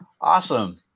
Awesome